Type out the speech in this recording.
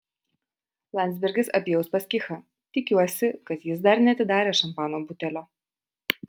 landsbergis apie uspaskichą tikiuosi kad jis dar neatidarė šampano butelio